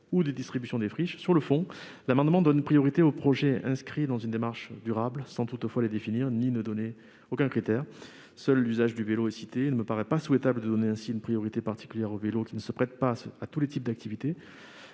ou de distribution des friches. Sur le fond, l'amendement vise à donner priorité aux « projets inscrits dans une démarche durable » sans toutefois les définir ou donner le moindre critère. Seul l'usage du vélo est mentionné. Il ne me paraît pas souhaitable d'accorder ainsi une priorité particulière au vélo, qui ne se prête pas à tous les types d'activités.